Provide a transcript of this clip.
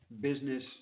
business